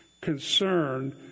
concerned